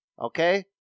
Okay